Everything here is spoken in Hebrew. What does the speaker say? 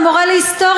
אתה מורה להיסטוריה,